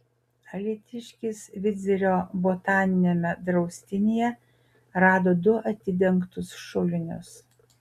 alytiškis vidzgirio botaniniame draustinyje rado du atidengtus šulinius